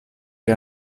che